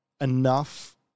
enough